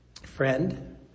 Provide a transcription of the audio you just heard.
friend